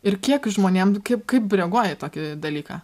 ir kiek žmonėm kaip kaip reaguoja į tokį dalyką